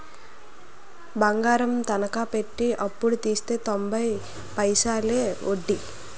బంగారం తనకా పెట్టి అప్పుడు తెస్తే తొంబై పైసలే ఒడ్డీ